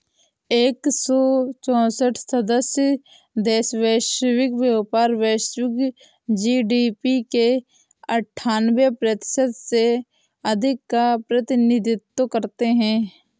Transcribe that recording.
एक सौ चौसठ सदस्य देश वैश्विक व्यापार, वैश्विक जी.डी.पी के अन्ठान्वे प्रतिशत से अधिक का प्रतिनिधित्व करते हैं